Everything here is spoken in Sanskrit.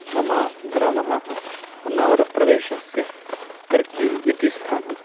मम ग्रामः होन्नावरप्रदेशस्य कर्कि इति स्थानं